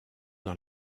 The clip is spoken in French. dans